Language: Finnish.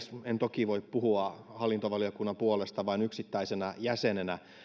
en toki voi puhua hallintovaliokunnan puolesta vaan yksittäisenä jäsenenä